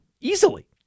Easily